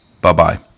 Bye-bye